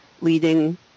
leading